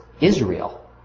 Israel